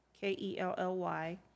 K-E-L-L-Y